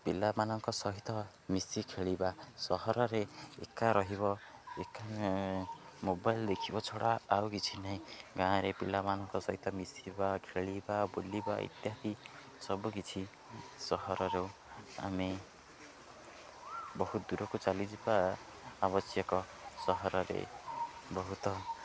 ପିଲାମାନଙ୍କ ସହିତ ମିଶି ଖେଳିବା ସହରରେ ଏକା ରହିବ ଏକ ମୋବାଇଲ ଦେଖିବା ଛଡ଼ା ଆଉ କିଛି ନାହିଁ ଗାଁରେ ପିଲାମାନଙ୍କ ସହିତ ମିଶିବା ଖେଳିବା ବୁଲିବା ଇତ୍ୟାଦି ସବୁକିଛି ସହରରୁ ଆମେ ବହୁତ ଦୂରକୁ ଚାଲିଯିବା ଆବଶ୍ୟକ ସହରରେ ବହୁତ